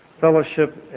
fellowship